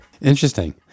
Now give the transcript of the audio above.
Interesting